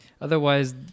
otherwise